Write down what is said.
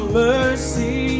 mercy